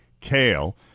kale